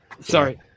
Sorry